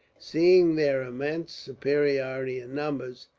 seeing their immense superiority in numbers,